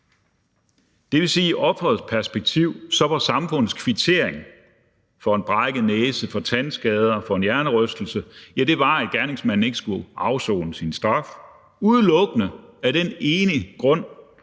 Det vil sige, at i offerets perspektiv var samfundets kvittering for en brækket næse, for tandskader, for en hjernerystelse, at gerningsmanden ikke skulle afsone sin straf udelukkende af den grund,